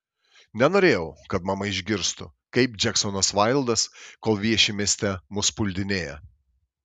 nenorėjau kad mama išgirstų kaip džeksonas vaildas kol vieši mieste mus puldinėja